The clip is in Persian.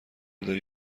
داری